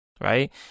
right